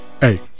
Hey